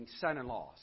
son-in-laws